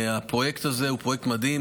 והפרויקט הזה הוא פרויקט מדהים.